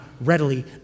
readily